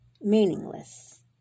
Meaningless